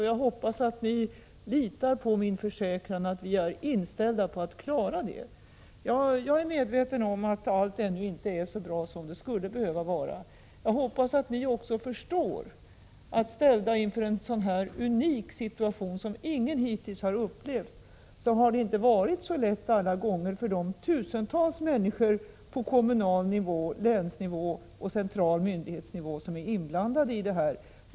Och jag hoppas att ni litar på min försäkran att vi är inställda på att klara detta. Jag är medveten om att allt ännu inte är så bra som det skulle behöva vara. Jag hoppas att ni också förstår att när man ställts inför en så här unik situation, som ingen hittills har upplevt, har det inte varit så lätt alla gånger för de tusentals människor på kommunal nivå, länsnivå och central myndighetsnivå som är berörda.